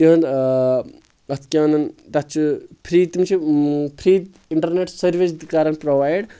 تِہُنٛد اَتھ کیٛاہ وَنان تَتھ چھِ فری تِم چھِ فری اِنٹَرنیٹ سٔروِس تہِ کَران پرٛووایِڈ